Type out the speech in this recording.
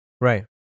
Right